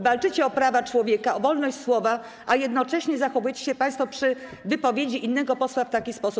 Walczycie o prawa człowieka, o wolność słowa, a jednocześnie zachowujecie się państwo przy wypowiedzi innego posła w taki sposób.